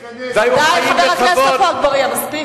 די, חבר הכנסת עפו אגבאריה, מספיק.